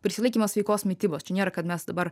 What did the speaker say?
prisilaikymas sveikos mitybos čia nėra kad mes dabar